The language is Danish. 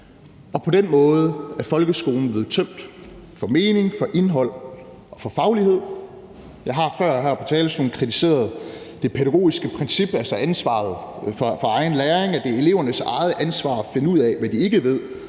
Og på den måde er folkeskolen blevet tømt for mening, for indhold og for faglighed. Jeg har før her fra talerstolen kritiseret det pædagogiske princip, altså ansvaret for egen læring: at det er elevernes eget ansvar at finde ud af, hvad de ikke ved,